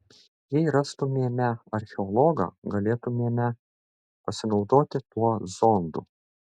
jei rastumėme archeologą galėtumėme pasinaudoti tuo zondu